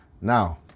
now